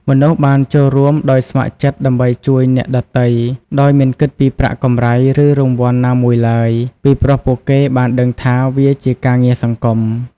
មនុស្សបានចូលរួមដោយស្ម័គ្រចិត្តដើម្បីជួយអ្នកដទៃដោយមិនគិតពីប្រាក់កម្រៃឬរង្វាន់ណាមួយឡើយ ពីព្រោះពួកគេបានដឹងថាវាជាការងារសង្គម។